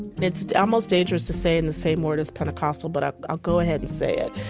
it's almost dangerous to say in the same word as pentecostal, but i'll go ahead and say it.